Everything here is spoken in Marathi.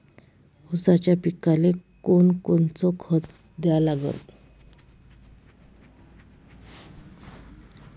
ऊसाच्या पिकाले कोनकोनचं खत द्या लागन?